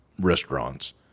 restaurants